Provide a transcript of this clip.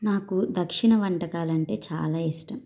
నాకు దక్షిణ వంటకాలంటే చాలా ఇష్టం